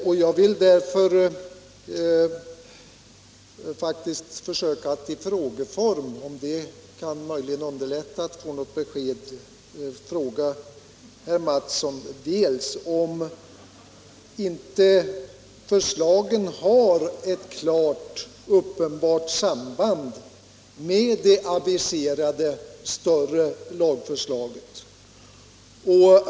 Om det möjligen kan underlätta för herr Mattsson att lämna ett besked vill jag upprepa några av invändningarna i frågeform. Har inte förslagen ett uppenbart samband med det aviserade större lagförslaget?